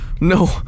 No